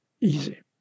easy